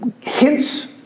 hints